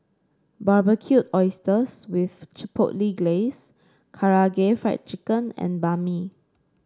Barbecued Oysters with Chipotle Glaze Karaage Fried Chicken and Banh Mi